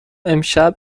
امشب